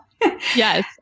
yes